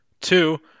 Two